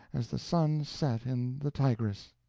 as the sun set in the tigris.